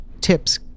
tips